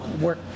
work